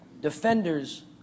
defenders